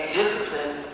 discipline